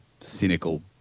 cynical